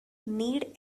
need